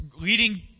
leading